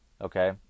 Okay